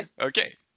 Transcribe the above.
Okay